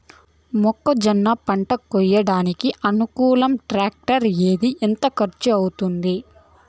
మొక్కజొన్న పంట కోయడానికి అనుకూలం టాక్టర్ ఏది? ఎంత ఖర్చు అవుతుంది?